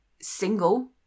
single